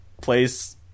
place